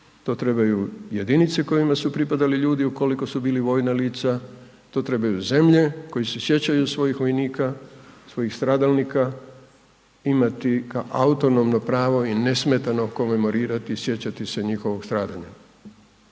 to trebaju jedinice kojima su pripadali ljudi ukoliko su bili vojna lica, to trebaju zemlje koji se sjećaju svojih vojnika, svojih stradalnika imati kao autonomno pravo i nesmetano komemorirati sjećati se njihovog stradanja.